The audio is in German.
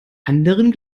anderen